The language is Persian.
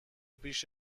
پیش